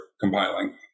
compiling